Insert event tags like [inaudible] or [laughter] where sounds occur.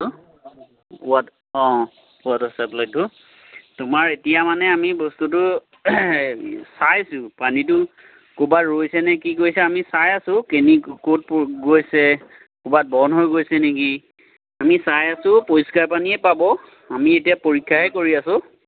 [unintelligible] watt অঁ water চাপ্লাইটো তোমাৰ এতিয়া মানে আমি বস্তুটো চাইছোঁ পানীটো ক'ৰবাত ৰৈছে নে কি কৈছে আমি চাই আছোঁ কেনি ক'ত প গৈছে ক'ৰবাত বন্ধ হৈ গৈছে নেকি আমি চাই আছোঁ পৰিষ্কাৰ পানীয়ে পাব আমি এতিয়া পৰীক্ষাহে কৰি আছোঁ